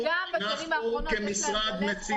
ובשנים האחרונות יש להם גלי חום.